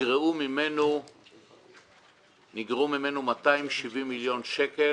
- נגרעו ממנו 270 מיליון שקלים